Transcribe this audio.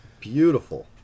Beautiful